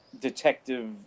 detective